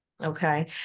Okay